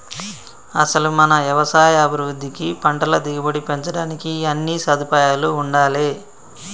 అసలు మన యవసాయ అభివృద్ధికి పంటల దిగుబడి పెంచడానికి అన్నీ సదుపాయాలూ ఉండాలే